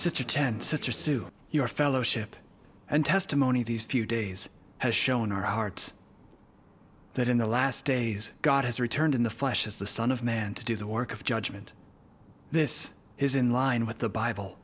sister ten sister sue your fellowship and testimony of these few days has shown our hearts that in the last days god has returned in the flesh as the son of man to do the work of judgment this is in line with the bible